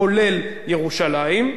כולל ירושלים,